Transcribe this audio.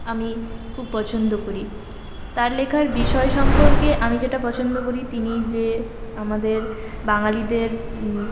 আমি খুব পছন্দ করি তার লেখার বিষয় সম্পর্কে আমি যেটা পছন্দ করি তিনি যে আমাদের বাঙালিদের